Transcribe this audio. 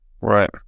Right